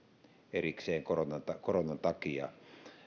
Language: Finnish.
erikseen koronan takia